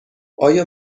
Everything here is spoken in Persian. آیا